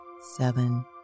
seven